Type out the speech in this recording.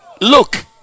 Look